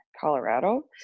Colorado